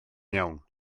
iawn